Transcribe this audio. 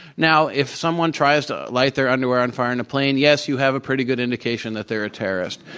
now, if someone tries to light their underwear on fire in a plane, yes, you have a pretty good indication that they're a terrorist.